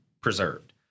preserved